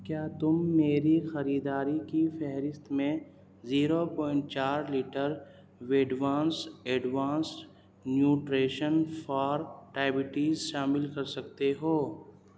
کیا تم میری خریداری کی فہرست میں زیرو پوائنٹ چار لیٹر وڈوانس ایڈوانس نیوٹریشن فار ڈائبیٹیز شامل کر سکتے ہو